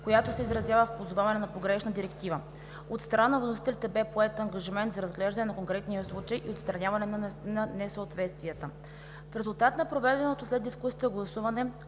която се изразява в позоваване на погрешната директива. От страна на вносителите бе поет ангажимент за разглеждане на конкретния случай и отстраняване на несъответствията. В резултат на проведеното след дискусията гласуване,